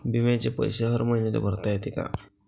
बिम्याचे पैसे हर मईन्याले भरता येते का?